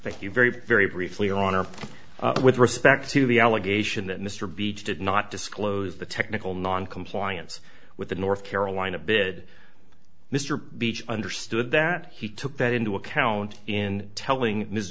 thank you very very briefly on earth with respect to the allegation that mr beech did not disclose the technical noncompliance with the north carolina bid mr beach understood that he took that into account in telling